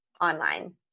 online